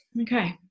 okay